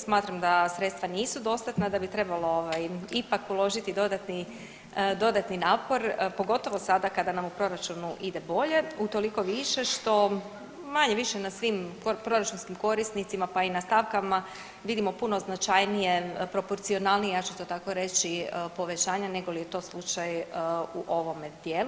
Smatram da sredstva nisu dostatna, da bi trebalo ovaj ipak uložiti dodatni, dodatni napor pogotovo sada kada nam u proračunu ide bolje u toliko više što manje-više na svim proračunskim korisnicima pa i na stavkama vidimo puno značajnije, proporcionalnije ja ću to tako reći povećanja nego li je to slučaj u ovome tijelu.